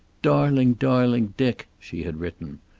darling, darling dick, she had written.